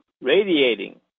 radiating